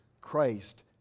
Christ